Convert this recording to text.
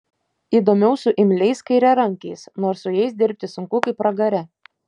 įdomiau su imliais kairiarankiais nors su jais dirbti sunku kaip pragare